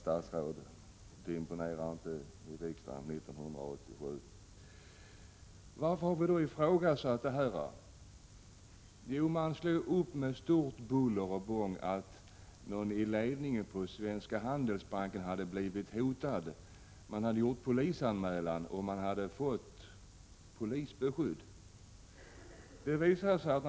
Det imponerar inte i riksdagen 1987, herr statsråd. Varför har vi då ifrågasatt detta med hot? Med stort buller och bång slår man upp att någon i ledningen för Svenska Handelsbanken blivit hotad. Det hade gjorts polisanmälan, och de berörda personerna hade fått polisbeskydd.